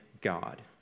God